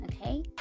okay